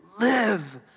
live